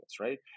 right